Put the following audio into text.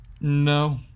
no